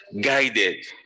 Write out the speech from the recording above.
guided